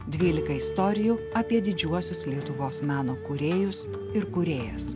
dvylika istorijų apie didžiuosius lietuvos meno kūrėjus ir kūrėjas